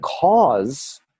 cause